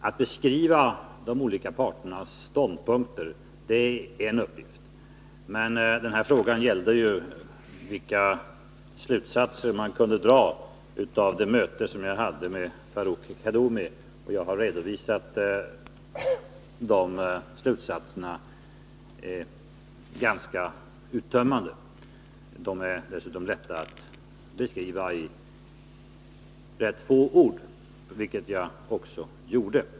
Att beskriva de olika parternas ståndpunkter är en uppgift, men denna fråga gällde ju vilka slutsatser man kunde dra av det möte som jag hade med Khaddoumi, och jag har redovisat de slutsaterna ganska uttömmande, vilket kan göras i få ord: parterna har nästan ingenting gemensamt.